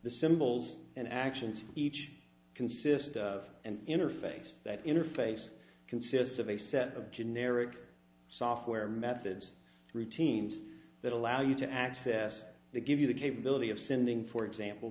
the symbols and actions each consist of an interface that interface consists of a set of generic software methods routines that allow you to access the give you the capability of sending for example